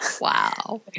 Wow